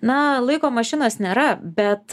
na laiko mašinos nėra bet